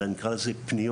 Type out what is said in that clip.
אלא אני אקרא לזה פניות,